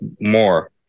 more